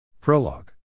Prologue